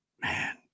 Man